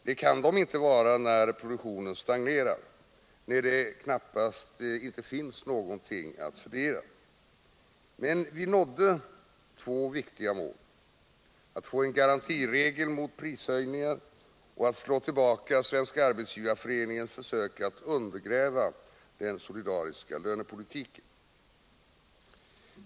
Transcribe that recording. Det kan de inte vara när produktionen stagnerar, när det knappast finns något att fördela. Men vi nådde två viktiga mål: att få en garantiregel mot prishöjningar och att slå tillbaka Arbetsgivareföreningens försök att undergräva den solidariska lönepolitiken.